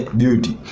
beauty